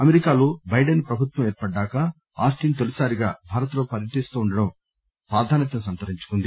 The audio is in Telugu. అమెరికాలో బైడెన్ ప్రభుత్వం ఏర్పడ్డాక ఆస్టిన్ తొలిసారిగా భారత్ లో పర్వటిస్తుండటం ప్రాధాన్యతను సంతరించుకుంది